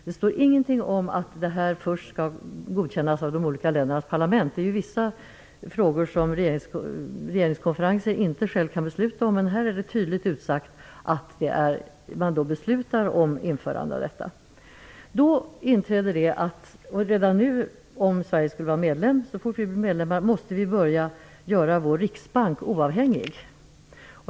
Det står igenting om att en valutaunion först skall godkännas av de olika ländernas parlament. De finns vissa frågor som regeringskonferenser inte själva kan besluta, men här är det tydligt utsagt att regeringskonferensen beslutar om att införa en valutaunion. Om Sverige skall bli medlem måste vi redan nu göra vår riksbank oavhängig.